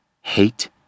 hate